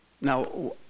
Now